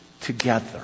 together